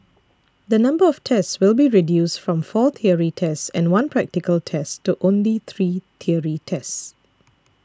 the number of tests will be reduced from four theory tests and one practical test to only three theory tests